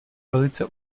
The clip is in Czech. velice